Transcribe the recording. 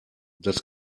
das